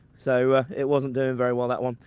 so it wasn't doing very well that one.